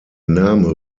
name